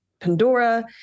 Pandora